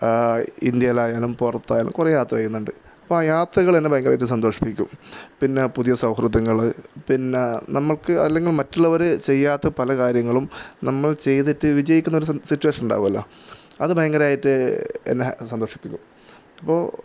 ഇന്ത്യയിലായാലും പുറത്തായാലും കുറെ യാത്ര ചെയ്യുന്നുണ്ട് അപ്പോൾ ആ യാത്രകൾ എന്നെ ഭയങ്കരമായിട്ട് സന്തോഷിപ്പിക്കും പിന്നെ പുതിയ സൗഹൃദങ്ങൾ പിന്നെ നമുക്ക് അല്ലെങ്കിൽ മറ്റുള്ളവർ ചെയ്യാത്ത പല കാര്യങ്ങളും നമ്മൾ ചെയ്തിട്ട് വിജയിക്കുന്ന ഒരു സി സിറ്റുവേഷൻ ഉണ്ടാവൂലോ അത് ഭയങ്കരമായിട്ട് എന്നെ സന്തോഷിപ്പിക്കും അപ്പോൾ